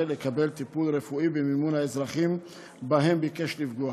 לקבל טיפול רפואי במימון האזרחים שבהם ביקש לפגוע.